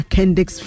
Kendex